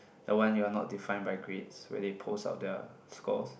the one you are not defined by grades where they post out their scores